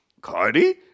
Cardi